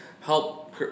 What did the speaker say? help